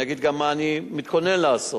אני אגיד גם מה אני מתכונן לעשות.